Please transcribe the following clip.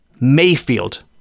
mayfield